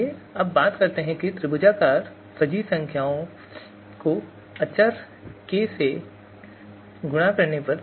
आइए अब बात करते हैं त्रिभुजाकार फजी संख्या को अचर k से गुणा करने पर